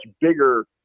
bigger